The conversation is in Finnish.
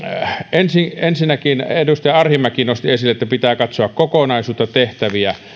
ensinnäkin ensinnäkin edustaja arhinmäki nosti esille että pitää katsoa kokonaisuutta ja tehtäviä